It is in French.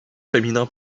féminin